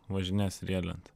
važinės riedlente